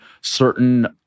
certain